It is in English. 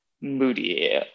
moody